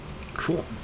Cool